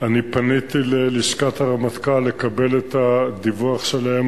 פניתי ללשכת הרמטכ"ל לקבל את הדיווח שלהם